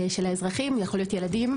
של האזרחים זה יכול להיות ילדים,